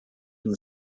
from